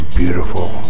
beautiful